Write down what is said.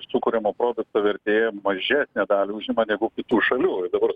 sukuriamo produkto vertė mažesnę dalį užima negu kitų šalių ir dabar